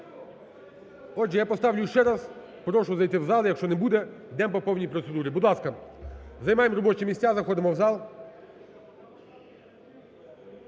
Отже, я поставлю ще раз, прошу зайти в зал. Якщо не буде, йдемо по повній процедурі. Будь ласка, займаємо робочі місця, заходимо в зал.